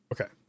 Okay